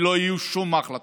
ולא יהיו שום החלטות.